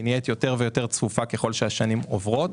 היא נהיית יותר ויותר צפופה ככל שהשנים עוברות,